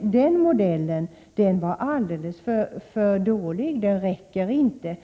den modellen var alldeles för dålig och otillräcklig.